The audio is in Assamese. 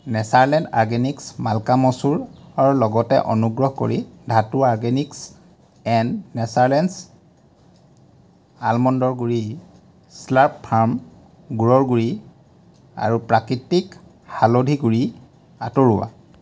নেচাৰলেণ্ড অৰগেনিক্ছ মাল্কা মচুৰৰ লগতে অনুগ্ৰহ কৰি ধাতু অৰ্গেনিকছ এণ্ড নেচাৰেল্ছ আলমণ্ডৰ গুড়ি স্লাৰ্প ফাৰ্ম গুড়ৰ গুড়ি আৰু প্ৰাকৃতিক হালধি গুড়ি আঁতৰোৱা